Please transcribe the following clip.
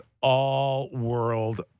all-world